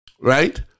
Right